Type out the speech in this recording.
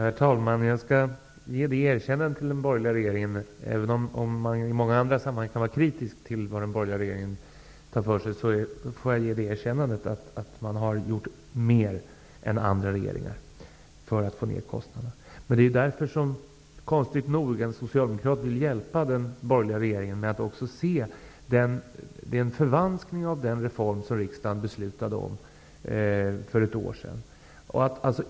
Herr talman! Jag skall ge den borgerliga regeringen det erkännandet -- även om jag i många andra sammanhang kan vara kritisk till vad den tar sig för -- att den har gjort mer än andra regeringar för att få ner kostnaderna. Det är därför som en socialdemokrat, konstigt nog, vill hjälpa den borgerliga regeringen med att se förvanskningen av den reform som riksdagen beslutade om för ett år sedan.